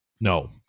No